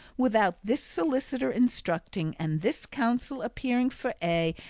without this solicitor instructing and this counsel appearing for a,